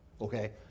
okay